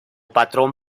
patrón